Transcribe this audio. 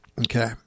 Okay